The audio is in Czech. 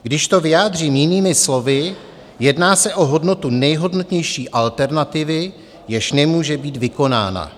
Když to vyjádřím jinými slovy, jedná se o hodnotu nejhodnotnější alternativy, jež nemůže být vykonána.